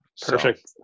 Perfect